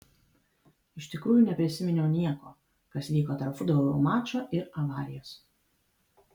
iš tikrųjų neprisiminiau nieko kas vyko tarp futbolo mačo ir avarijos